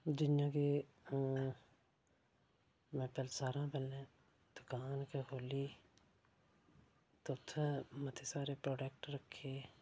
जियां कि में सारें पैह्लें दकान गै खोह्ली ते उत्थें मते सारे प्रौडैक्ट रक्खे